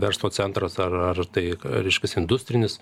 na verslo centras ar ar tai reiškias industrinis